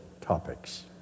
topics